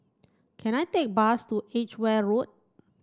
can I take a bus to Edgware Road